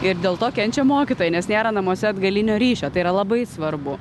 ir dėl to kenčia mokytojai nes nėra namuose atgalinio ryšio tai yra labai svarbu